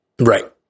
Right